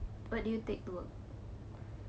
what do you take to work